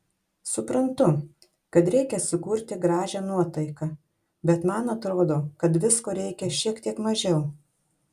suprantu kad reikia sukurti gražią nuotaiką bet man atrodo kad visko reikia šiek tiek mažiau